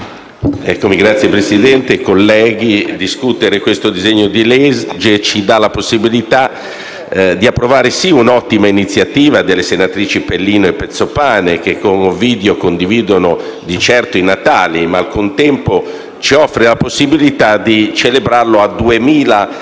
Signora Presidente, colleghi, discutere questo disegno di legge ci offre la possibilità di approvare sì un'ottima iniziativa delle senatrici Pelino e Pezzopane, che con Ovidio condividono di certo i natali, ma al contempo ci offre la possibilità di celebrarlo a